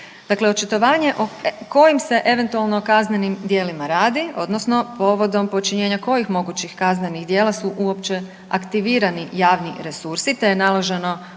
Dakle očitovanje o kojim se eventualno kaznenim djelima radi, odnosno povodom počinjenja kojih mogućih kaznenih djela su uopće aktivirani javni resursi, te je naloženo